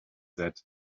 said